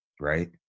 right